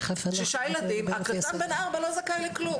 6 ילדים, הקטן בן 4 ולא זכאי לי כלום.